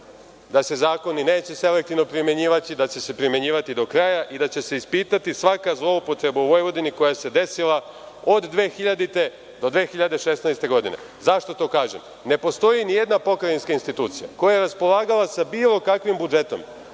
da se zakoni neće selektivno primenjivati, da će se primenjivati do kraja i da će se ispitati svaka zloupotreba u Vojvodini koja se desila od 2000. do 2016. godine. Zašto to kažem? Ne postoji ni jedna pokrajinska institucija koja je raspolagala sa bilo kakvim budžetom,